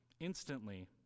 instantly